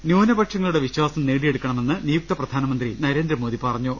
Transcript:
ന്യൂനപക്ഷങ്ങളുടെ വിശ്വാസം നേടിയെടുക്കണമെന്ന് നിയുക്ത പ്രധാനമന്ത്രി നരേന്ദ്രമോദി പറഞ്ഞു